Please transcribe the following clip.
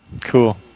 cool